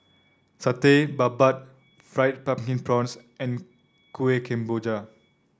Satay Babat Fried Pumpkin Prawns and Kueh Kemboja